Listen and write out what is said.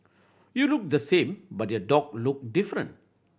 you look the same but your dog look different